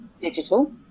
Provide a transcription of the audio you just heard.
digital